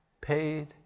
paid